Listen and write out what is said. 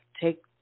Take